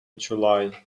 july